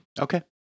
Okay